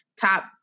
top